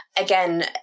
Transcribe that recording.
again